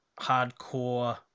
hardcore